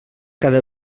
cada